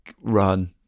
run